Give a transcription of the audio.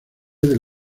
del